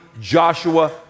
Joshua